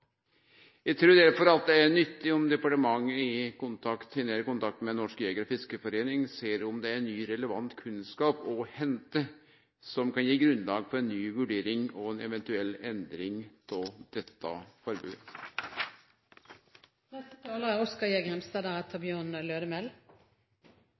nyttig om departementet i nær kontakt med Norges Jeger- og Fiskerforbund ser om det er ny relevant kunnskap å hente som kan gje grunnlag for ei ny vurdering og ei eventuell endring av dette